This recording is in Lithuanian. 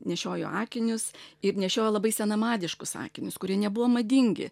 nešiojo akinius ir nešiojo labai senamadiškus akinius kurie nebuvo madingi